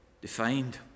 defined